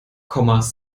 kommas